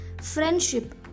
friendship